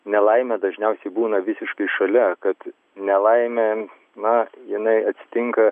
nelaimė dažniausiai būna visiškai šalia kad nelaimė na jinai atsitinka